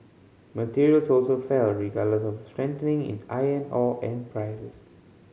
materials also fell regardless of a strengthening in iron ore and prices